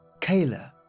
Kayla